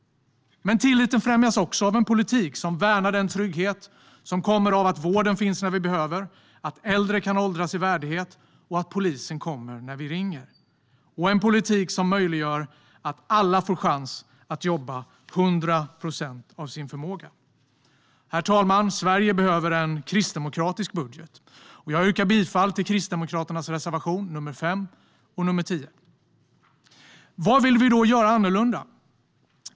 Men tilliten främjas också av en politik som värnar den trygghet som kommer av att vården finns när vi behöver, att äldre kan åldras i värdighet och att polisen kommer när vi ringer. Tilliten främjas av en politik som möjliggör att alla får chans att jobba till hundra procent av sin förmåga. Herr talman! Sverige behöver en kristdemokratisk budget, och jag yrkar bifall till Kristdemokraternas reservationer 5 och 10. Vad vill vi då göra annorlunda?